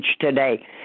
today